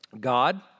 God